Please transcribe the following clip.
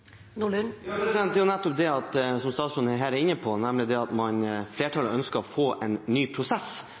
Det er nettopp det statsråden her er inne på, nemlig at flertallet ønsker å få en ny prosess,